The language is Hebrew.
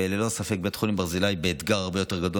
וללא ספק בית החולים ברזילי באתגר הרבה יותר גדול